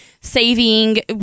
saving